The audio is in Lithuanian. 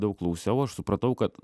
daug klausiau aš supratau kad